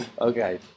Okay